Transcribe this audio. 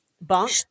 Bunk